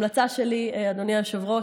המלצה שלי, אדוני היושב-ראש,